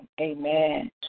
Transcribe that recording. Amen